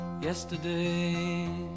Yesterday